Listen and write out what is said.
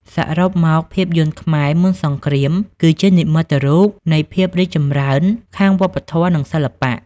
សរុបមក ភាពយន្តខ្មែរមុនសង្គ្រាមគឺជានិមិត្តរូបនៃភាពរីកចម្រើនខាងវប្បធម៌ និងសិល្បៈ។